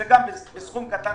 זה סכום קטן.